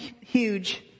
huge